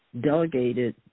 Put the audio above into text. delegated